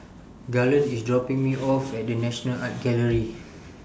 Garland IS dropping Me off At The National Art Gallery